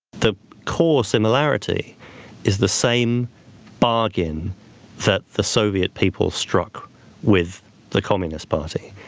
the core similarity is the same bargain that the soviet people struck with the communist party,